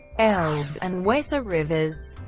elbe, and weser rivers.